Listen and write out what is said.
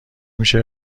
میشه